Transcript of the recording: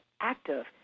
active